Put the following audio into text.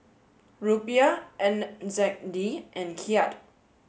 Rupiah and N Z D and Kyat